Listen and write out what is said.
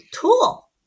tool